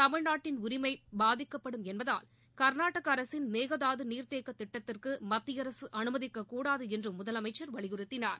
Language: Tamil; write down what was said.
தமிழ்நாட்டின் உரிமை பாதிக்கப்படும் என்பதால் கா்நாடக அரசின் மேகதாது நீாத்தேக்க திட்டத்திற்கு மத்திய அரசு அனுமதிக்கக் கூடாது என்றும் முதலமைச்சர் வலியுறுத்தினார்